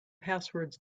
passwords